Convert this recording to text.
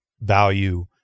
value